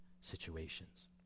situations